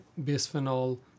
bisphenol